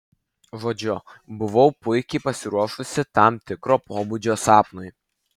žodžiu buvau puikiai pasiruošusi tam tikro pobūdžio sapnui